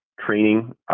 training